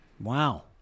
Wow